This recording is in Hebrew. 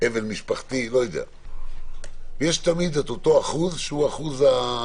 אבל משפחתי וכו' ומהו אחוז הרמאים,